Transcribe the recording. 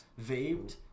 vaped